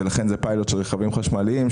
ולכן זה פיילוט של רכבים חשמליים,